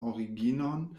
originon